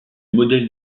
modèle